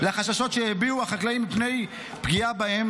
לחששות שהביעו החקלאים מפני פגיעה בהם